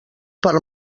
per